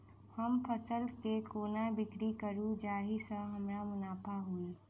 हम फसल केँ कोना बिक्री करू जाहि सँ हमरा मुनाफा होइ?